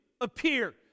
appear